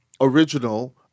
original